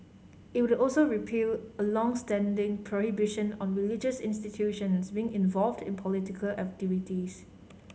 it would also repeal a long standing prohibition on religious institutions being involved in political activities